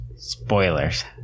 spoilers